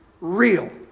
real